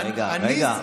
לא צריך לספור אותך?